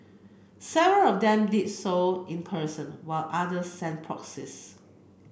several of them did so in person while others sent proxies